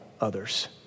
others